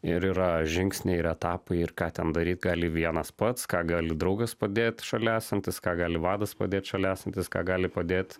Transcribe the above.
ir yra žingsniai ir etapai ir ką ten daryt gali vienas pats ką gali draugas padėt šalia esantis ką gali vadas padėt šalia esantis ką gali padėt